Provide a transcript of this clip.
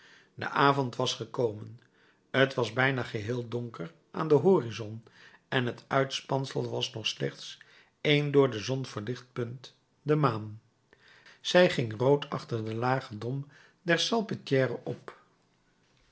de avond was gekomen t was bijna geheel donker aan den horizon en het uitspansel was nog slechts één door de zon verlicht punt de maan zij ging rood achter den lagen dom der salpétrière op